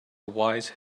wise